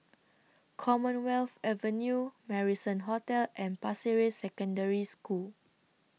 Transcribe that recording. Commonwealth Avenue Marrison Hotel and Pasir Ris Secondary School